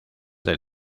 del